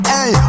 Hey